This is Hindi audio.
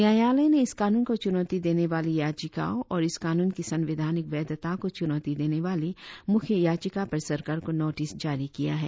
न्यायालय ने इस कानून को चुनौती देने वाली याचिकाओं और इस कानून की संवैधानिक वैधता को चुनौती देने वाली मुख्य याचिका पर सरकार को नोटिस जारी किया है